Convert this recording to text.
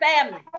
family